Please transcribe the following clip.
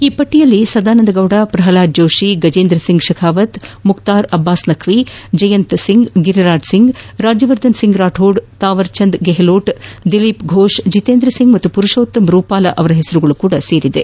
ಈ ಪಟ್ಟಿಯಲ್ಲಿ ಸದಾನಂದ ಗೌಡ ಪ್ರಷ್ನಾದ್ ಜೋಷಿ ಗಜೇಂದ್ರ ಸಿಂಗ್ ತೆಖಾವತ್ ಮುಖ್ತಾರ್ ಅಬ್ವಾಸ್ ನಖ್ವಿ ಜಯಂತ್ ಸಿಂಗ್ ಗಿರಿರಾಜ್ ಸಿಂಗ್ ರಾಜ್ಯವರ್ಧನ್ ಸಿಂಗ್ ರಾಥೋಡ್ ತಾವರ್ಚಂದ್ ಗೆಹ್ಲೋಟ್ ದಿಲೀಪ್ ಫೋಷ್ ಜಿತೇಂದ್ರ ಸಿಂಗ್ ಮತ್ತು ಮರುಷೋತ್ತಮ್ ರುವಾಲ ಪೆಸರುಗಳು ಕೂಡ ಸೇರಿವೆ